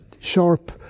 sharp